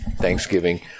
Thanksgiving